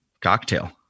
cocktail